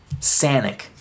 Sanic